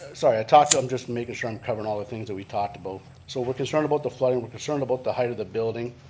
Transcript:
sorry, i'm just making sure i'm covering all the things that we talked about. so we're concerned about the flooding, we're concerned about the height of the building.